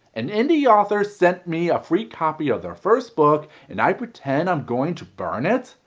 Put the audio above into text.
an indie author sent me a free copy of their first book and i pretend i'm going to burn it?